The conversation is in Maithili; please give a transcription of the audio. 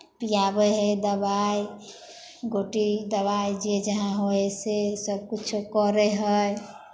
पिआबै हइ दबाइ गोटी दबाइ जे जहाँ होइ हइ से सभकिछो करै हइ